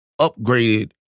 upgraded